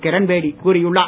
கிரண்பேடி கூறியுள்ளார்